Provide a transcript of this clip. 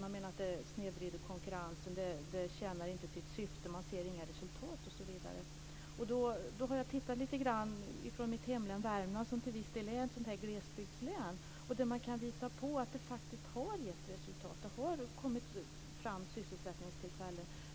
Man menade att det snedvrider konkurrensen och inte tjänar sitt syfte, och man ser inga resultat, osv. Jag har tittat lite grann på mitt hemlän Värmland, som till viss del är ett glesbygdslän. Där kan man visa på att det faktiskt har gett resultat. Det har kommit fram sysselsättningstillfällen.